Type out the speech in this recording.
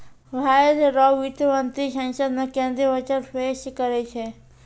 भारत रो वित्त मंत्री संसद मे केंद्रीय बजट पेस करै छै